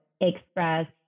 express